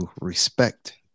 respect